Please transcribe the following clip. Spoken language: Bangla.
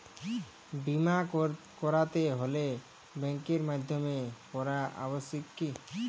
বিমা করাতে হলে ব্যাঙ্কের মাধ্যমে করা আবশ্যিক কি?